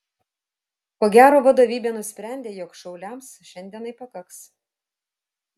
ko gero vadovybė nusprendė jog šauliams šiandienai pakaks